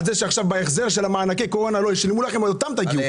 זה שעכשיו בהחזר של מענקי הקורונה לא ישלמו לכם אילהם תגיעו.